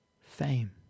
fame